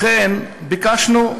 לכן ביקשנו,